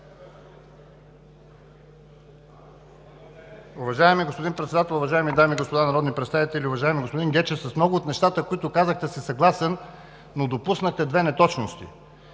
Уважаеми господин Председател, уважаеми дами и господа народни представители! Уважаеми господин Гечев, с много от нещата, които казахте, съм съгласен, но допуснахте две неточности.